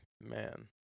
man